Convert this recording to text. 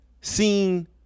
seen